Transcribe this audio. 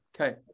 Okay